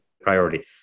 priority